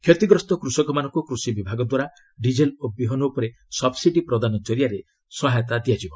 କ୍ଷତିଗ୍ରସ୍ତ କୃଷକମାନଙ୍କୁ କୃଷିବିଭାଗ ଦ୍ୱାରା ଡିଜେଲ୍ ଓ ବିହନ ଉପରେ ସବ୍ସିଡି ପ୍ରଦାନ କରିଆରେ ସାହାଯ୍ୟ କରାଯିବ